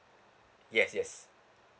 yes yes